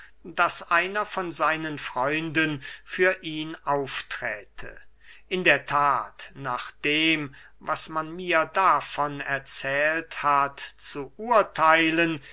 daß einer von seinen freunden für ihn aufträte in der that nach dem was man mir davon erzählt hat zu urtheilen